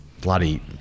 bloody